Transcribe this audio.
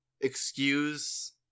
excuse